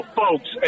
folks